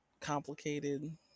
Complicated